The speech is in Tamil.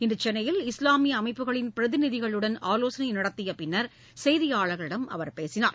இன்று சென்னையில் இஸ்வாமிய அமைப்புகளின் பிரதிநிதிகளுடன் ஆலோசனை நடத்தியப் பின்னர் செய்தியாளர்களிடம் அவர் பேசினார்